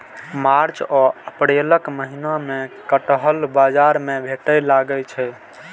मार्च आ अप्रैलक महीना मे कटहल बाजार मे भेटै लागै छै